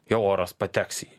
jau oras pateks į jį